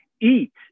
eat